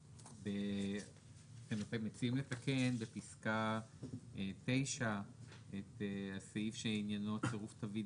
הם מציעים לתקן בפסקה 9 את הסעיף שעניינו צירוף תווית